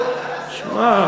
חלאס,